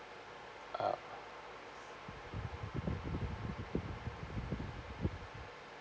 uh